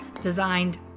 designed